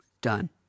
done